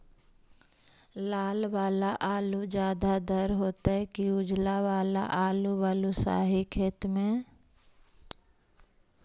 लाल वाला आलू ज्यादा दर होतै कि उजला वाला आलू बालुसाही खेत में?